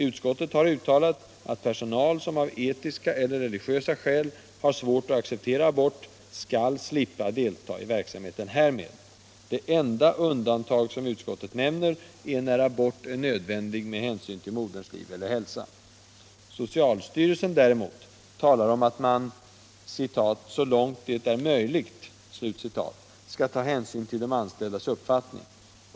Utskottet har uttalat, att personal som av etiska eller religiösa skäl har svårt att acceptera abort skall slippa delta i verksamheten därmed. Det enda undantag som utskottet nämner är när abort är nödvändig med hänsyn till moderns liv eller hälsa. Socialstyrelsen däremot talar om att man ”så långt det är möjligt” skall ta hänsyn till de anställdas uppfattning.